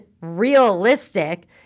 realistic